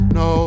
no